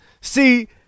see